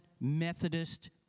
Methodist